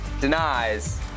denies